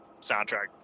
soundtrack